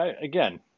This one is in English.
again